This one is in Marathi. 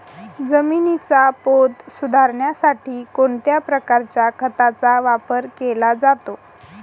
जमिनीचा पोत सुधारण्यासाठी कोणत्या प्रकारच्या खताचा वापर केला जातो?